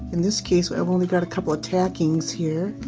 in this case, we've only got a couple of tackings here.